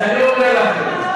בעיני המתבונן.